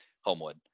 homewood